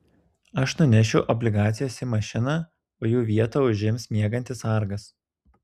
aš nunešiu obligacijas į mašiną o jų vietą užims miegantis sargas